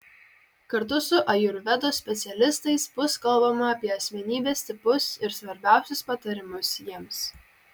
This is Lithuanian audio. kartu su ajurvedos specialistais bus kalbama apie asmenybės tipus ir svarbiausius patarimus jiems